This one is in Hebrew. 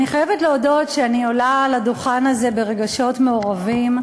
אני חייבת להודות שאני עולה לדוכן הזה ברגשות מעורבים.